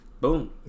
Boom